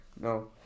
No